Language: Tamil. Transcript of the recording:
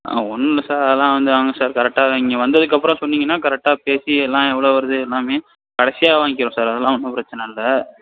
ஆ ஒன்றும் இல்லை சார் அதலாம் வந்து வாங்க சார் கரெக்டாக இங்கே வந்ததுக்கப்புறம் சொன்னீங்கன்னால் கரெக்டாக பேசி எல்லாம் எவ்வளோ வருது எல்லாமே கடைசியாக வாங்கிறோம் சார் அதெல்லாம் ஒன்றும் பிரச்சனை இல்லை